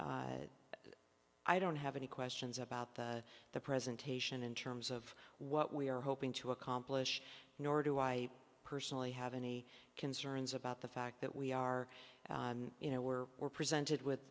i don't have any questions about the the presentation in terms of what we are hoping to accomplish nor do i personally have any concerns about the fact that we are you know we're we're presented with